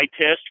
test